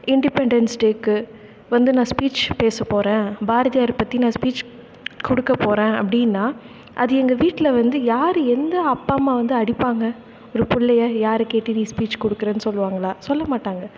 independence டேவுக்கு வந்து நான் ஸ்பீச் பேச போகிறேன் பாரதியார் பற்றி நான் ஸ்பீச் கொடுக்கப் போறேன் அப்படின்னா அது எங்கள் வீட்டில் வந்து யார் எந்த அப்பா அம்மா வந்து அடிப்பாங்க ஒரு பிள்ளைய யாரை கேட்டு நீ ஸ்பீச் கொடுக்குறேனு சொல்லுவாங்களா சொல்ல மாட்டாங்க